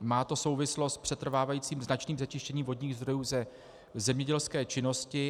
Má to souvislosti s přetrvávajícím značným znečištěním vodních zdrojů ze zemědělské činnosti.